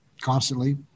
constantly